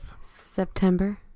September